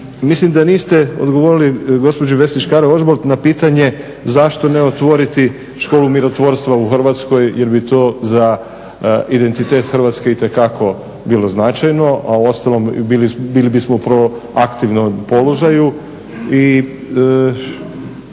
mislim da niste odgovorili gospođi Vesni Škare-Ožbolt na pitanje zašto ne otvoriti školu mirotvorstva u Hrvatskoj jer bi to za identitet Hrvatske itekako bilo značajno, a u ostalom bili bismo u proaktivnom položaju